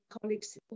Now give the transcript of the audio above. colleagues